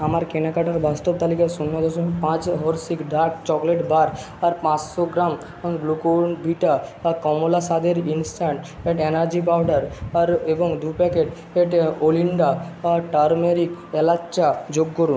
আমার কেনাকাটার বাস্তব তালিকায় শূন্য দশমিক পাঁচ হর্শিস ডার্ক চকলেট বার আর পাঁচশো গ্রাম গ্লুকোভিটা কমলা স্বাদের ইনস্ট্যান্ট অ্যাঁ এনার্জি পাউডার আর এবং দু প্যাকেট ওইটা ওলিন্ডা টারমেরিক এলাচ চা যোগ করুন